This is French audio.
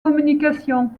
communication